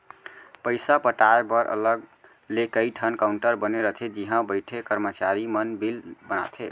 पइसा पटाए बर अलग ले कइ ठन काउंटर बने रथे जिहॉ बइठे करमचारी मन बिल बनाथे